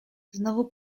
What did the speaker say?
znowu